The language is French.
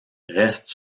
restent